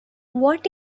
what